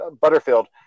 Butterfield